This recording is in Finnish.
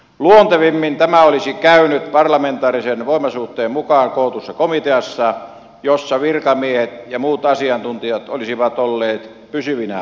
luontevimmin tämä olisi käynyt parlamentaarisen voimasuhteen mukaan kootussa komi teassa jossa virkamiehet ja muut asiantuntijat olisivat olleet pysyvinä asiantuntijoina